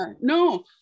no